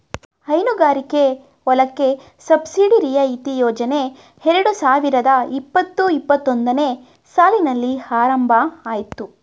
ಹೈನುಗಾರಿಕೆ ಹೊಲಕ್ಕೆ ಸಬ್ಸಿಡಿ ರಿಯಾಯಿತಿ ಯೋಜನೆ ಎರಡು ಸಾವಿರದ ಇಪ್ಪತು ಇಪ್ಪತ್ತೊಂದನೇ ಸಾಲಿನಲ್ಲಿ ಆರಂಭ ಅಯ್ತು